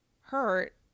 hurt